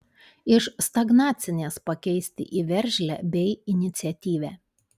iš stagnacinės pakeisti į veržlią bei iniciatyvią